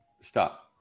stop